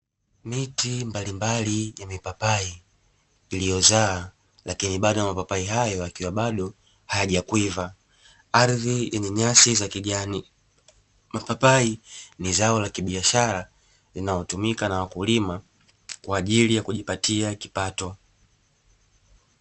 Miti mbalimbali iliyozaa lakini mapapai hayo bado hayajaiva